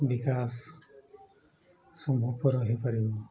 ବିକାଶ ସମ୍ଭବପର ହୋଇପାରିବ